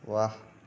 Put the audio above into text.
ওৱাহ